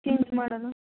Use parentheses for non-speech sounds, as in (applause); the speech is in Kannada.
(unintelligible) ಮಾಡೋದು